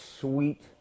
sweet